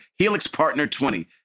HELIXPARTNER20